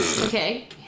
Okay